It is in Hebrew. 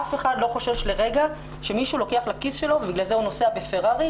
אף אחד לא חושש לרגע שמישהו לוקח לכיס שלו ובגלל זה הוא נוסע בפרארי,